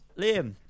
Liam